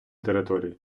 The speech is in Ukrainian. території